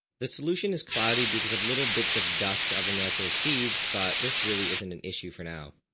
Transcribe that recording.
the solution is cloudy because of little bits of dust of the molecular sieves but this really isn't an issue for now.